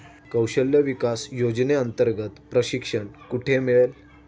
कौशल्य विकास योजनेअंतर्गत प्रशिक्षण कुठे मिळेल?